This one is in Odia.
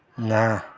ନା